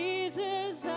Jesus